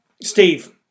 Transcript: Steve